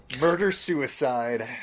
Murder-suicide